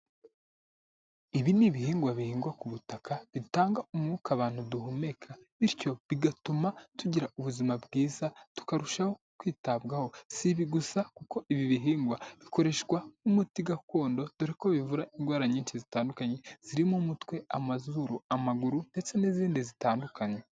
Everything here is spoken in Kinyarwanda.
Ibi ni ibihingwa bihingwa ku butaka, bitanga umwuka abantu duhumeka, bityo bigatuma tugira ubuzima bwiza, tukarushaho kwitabwaho. Si ibi gusa kuko ibi bihingwa bikoreshwa nk'umuti gakondo, dore ko bivura indwara nyinshi zitandukanye zirimo umutwe, amazuru, amaguru ndetse n'izindi zitandukanye.